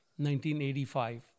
1985